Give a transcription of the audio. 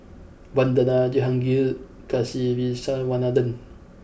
Vandana Jehangirr Kasiviswanathan